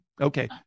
Okay